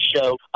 Show